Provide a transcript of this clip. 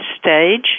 stage